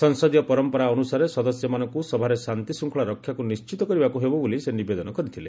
ସଂସଦୀୟ ପରମ୍ପରା ଅନୁସାରେ ସଦସ୍ୟମାନଙ୍କୁ ସଭାରେ ଶନ୍ତି ଶୃଙ୍ଖଳା ରକ୍ଷାକୁ ନିଣ୍ଚିତ କରିବାକୁ ହେବ ବୋଲି ସେ ନିବେଦନ କରିଥିଲେ